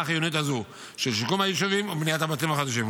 החיונית הזו של שיקום היישובים ובניית הבתים החדשים.